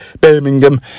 birmingham